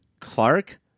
Clark